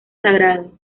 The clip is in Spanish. sagrado